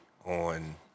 On